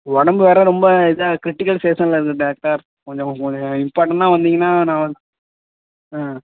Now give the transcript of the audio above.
உடம்பு வேற ரொம்ப இதாக கிரிட்டிகல் ஸ்டேஷன்ல இருக்கு டாக்டர் கொஞ்சம் கொஞ்சம் எனக்கு இம்பார்ட்டனா வந்திங்கனா நான் வந்து ஆ